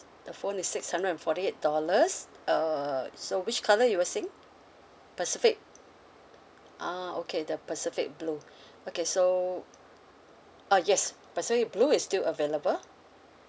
the phone is six hundred and forty eight dollars err so which colour you were saying pacific ah okay the pacific blue okay so uh yes pacific blue is still available